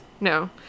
No